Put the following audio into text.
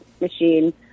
machine